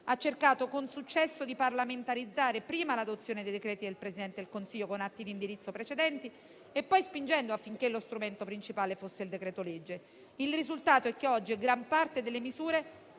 ha cercato con successo di parlamentarizzare prima l'adozione dei decreti del Presidente del Consiglio con atti di indirizzo precedenti e poi spingendo affinché lo strumento principale fosse il decreto-legge. Il risultato è che oggi gran parte delle misure